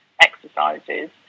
exercises